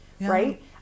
Right